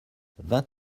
vingt